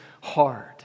hard